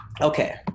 Okay